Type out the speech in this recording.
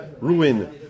ruin